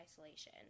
isolation